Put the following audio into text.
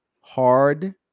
hard